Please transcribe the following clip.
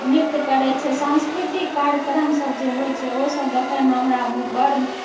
नृत्य करै छै साँस्कृतिक कार्यक्रम सब जे होइ छै ओ सब देखैमे हमरा बड्ड